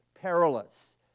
perilous